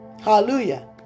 Hallelujah